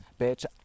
bitch